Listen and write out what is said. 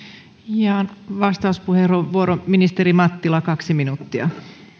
ja vastauspuheenvuoro ministeri mattila kaksi minuuttia